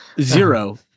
Zero